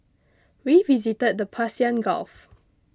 we visited the Persian Gulf